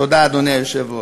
תודה, אדוני היושב-ראש.